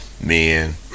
Men